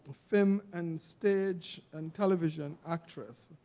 film, and stage, and television actress,